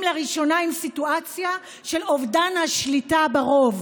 לראשונה עם סיטואציה של אובדן השליטה ברוב,